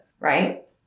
right